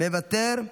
מוותר,